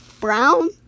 brown